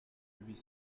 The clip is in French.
huit